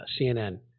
CNN